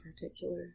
particular